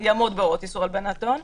יעמוד בהוראות איסור הלבנת הון,